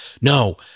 no